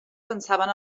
pensaven